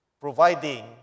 providing